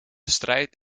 strijd